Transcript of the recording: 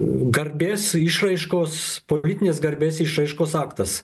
garbės išraiškos politinės garbės išraiškos aktas